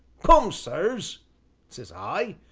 come, sirs says i,